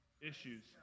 issues